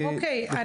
אוקיי,